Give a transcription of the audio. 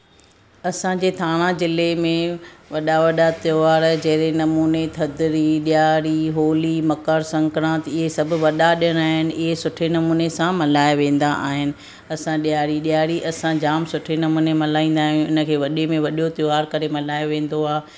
असांजे थाणा ज़िले में वॾा वॾा त्योहार जहिड़े नमूने थधिड़ी ॾियारी होली मकर संक्राति इहे सभु वॾा ॾिणु आहिनि इहे सुठे नमूने सां मल्हाया वेंदा आहिनि असां ॾियारी ॾियारी असां जामु सुठे नमूने मल्हाईंदा आहियूं उनखे वॾे में वॾो त्योहारु करे मल्हायो वेंदो आहे